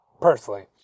personally